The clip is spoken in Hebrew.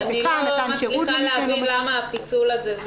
אני לא מצליחה להבין למה הפיצול הזה.